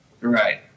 Right